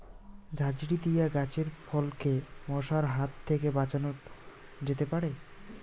ঝাঁঝরি দিয়ে গাছের ফলকে মশার হাত থেকে বাঁচানো যেতে পারে?